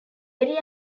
area